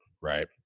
right